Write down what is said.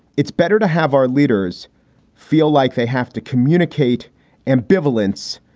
it's better to have our leaders feel like they have to communicate ambivalence.